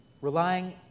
Relying